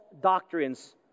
doctrines